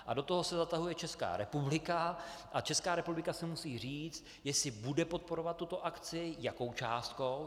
A do toho se zatahuje Česká republika a Česká republika si musí říct, jestli bude podporovat tuto akci, jakou částkou.